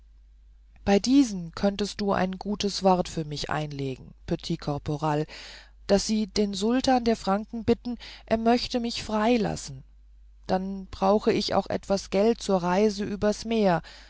bei diesen könntest du ein gutes wort für mich einlegen petit caporal daß sie den sultan der franken bitten er möchte mich freilassen dann brauche ich auch etwas geld zur reise übers meer